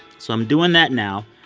so i'm doing that now.